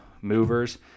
movers